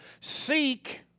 seek